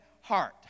heart